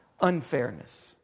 unfairness